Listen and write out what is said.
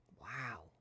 Wow